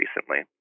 recently